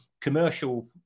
commercial